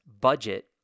budget